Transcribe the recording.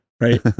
right